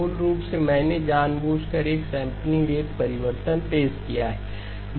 मूल रूप से मैंने जानबूझकर एक सैंपलिंग रेट परिवर्तन पेश किया है